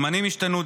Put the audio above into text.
הזמנים השתנו,